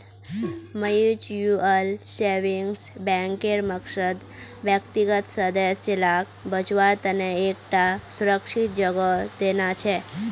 mutual savings बैंकेर मकसद व्यक्तिगत सदस्य लाक बच्वार तने एक टा सुरक्ष्हित जोगोह देना छे